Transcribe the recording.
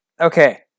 Okay